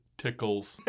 tickles